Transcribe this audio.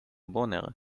boner